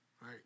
right